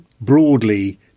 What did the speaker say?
broadly